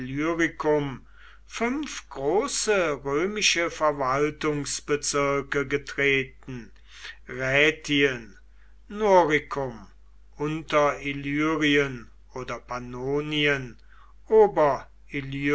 illyricum fünf große römische verwaltungsbezirke getreten rätien noricum unterillyrien oder pannonien